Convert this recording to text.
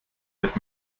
wird